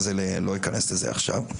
אבל לא אכנס לזה עכשיו.